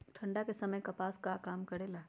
ठंडा के समय मे कपास का काम करेला?